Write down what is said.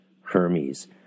Hermes